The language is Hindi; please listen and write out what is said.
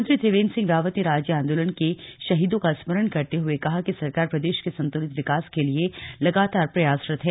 मुख्यमंत्री त्रिवेन्द्र सिंह रावत ने राज्य आंदोलन के शहीदों का स्मरण करते हुए कहा कि सरकार प्रदेश के संतुलित विकास के लिए लगातार प्रयासरत है